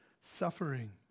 suffering